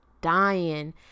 dying